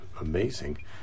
Amazing